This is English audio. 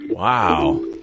Wow